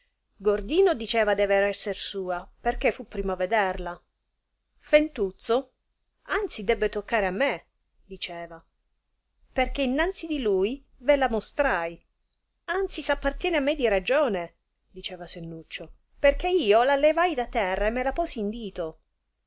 gordino diceva dever esser sua perchè fu primo a vederla fentuzzo anzi debbe toccare a me diceva perchè innanzi di lui ve la mostrai anzi s appartiene a me di ragione diceva sennuccio perchè io la levai da terra e me la posi in dito